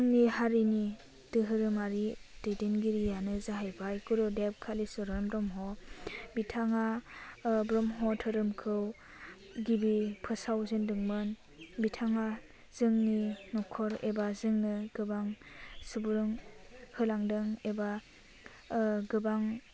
आंनि हारिनि धोरोमारि दैदेनगिरियानो जाहैबाय गुरुदेब कालिचरन ब्रह्म बिथाङा ब्रह्म धोरोमखौ गिबि फोसाव जेनदोंमोन बिथाङा जोंनि नखर एबा जोंनो गोबां सुबुरुन होलांदों एबा गोबां